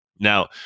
Now